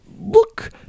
look